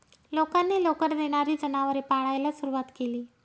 लोकांनी लोकर देणारी जनावरे पाळायला सुरवात केली